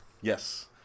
yes